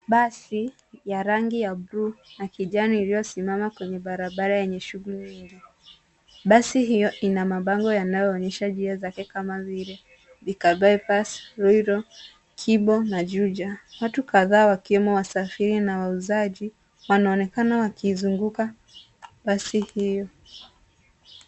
Basi ya rangi ya blue na kijani iliyosimama kwenye barabara yenye shughuli nyingi. Basi hiyo ina mabango yanayoonyesha njia zake kama vile Thika by-pass , Ruiru, Kimbo na Juja. Watu kadhaa wakiwemo wasafiri na wauzaji wanaonekana wakizunguka basi hiyo.